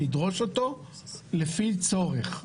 שנדרוש אותו לפי צורך.